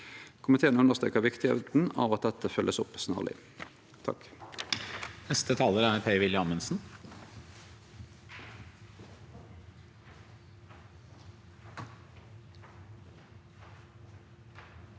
Komiteen understrekar viktigheita av at dette vert følgt opp snarleg.